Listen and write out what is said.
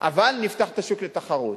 אבל נפתח את השוק לתחרות.